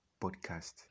Podcast